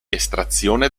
estrazione